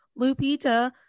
lupita